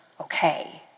okay